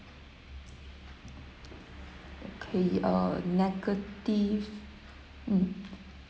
okay uh negative mm